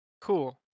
Cool